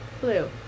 blue